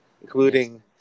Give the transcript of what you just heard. Including